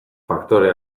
faktore